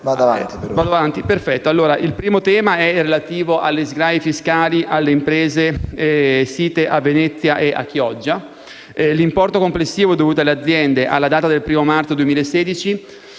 Il primo tema è relativo agli sgravi fiscali alle imprese site a Venezia e a Chioggia. L'importo complessivo dovuto alle aziende alla data del 1° marzo 2016